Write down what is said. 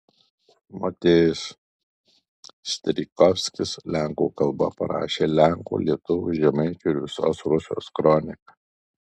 motiejus strijkovskis lenkų kalba parašė lenkų lietuvių žemaičių ir visos rusios kroniką